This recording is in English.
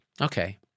Okay